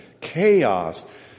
chaos